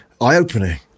Eye-opening